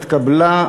נתקבל.